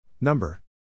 Number